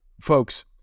Folks